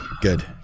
good